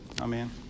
Amen